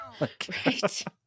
Right